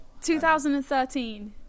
2013